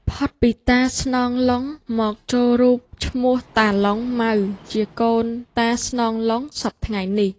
ផុតពីតាស្នង ឡុង មកចូលរូបឈ្មោះតា ឡុង ម៉ៅ ជាកូនតា ស្នង ឡុង សព្វថ្ងៃនេះ ។